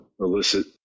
elicit